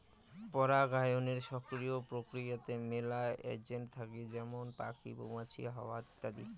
পরাগায়নের সক্রিয় প্রক্রিয়াতে মেলা এজেন্ট থাকে যেমন পাখি, মৌমাছি, হাওয়া ইত্যাদি